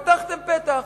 פתחתם פתח: